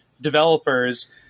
developers